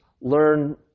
learn